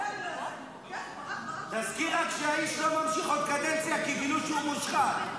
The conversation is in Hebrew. רק שהאיש לא ממשיך לעוד קדנציה כי גילו שהוא מושחת.